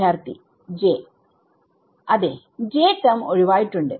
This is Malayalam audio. വിദ്യാർത്ഥി j അതേ j ടെർമ് ഒഴിവായിട്ടുണ്ട്